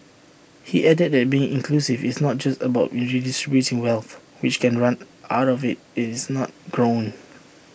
he added that being inclusive is not just about redistributing wealth which can run out if IT is not grown